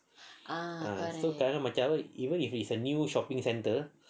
so macam kalau apa even if it's a new shopping centre